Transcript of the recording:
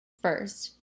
first